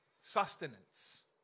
sustenance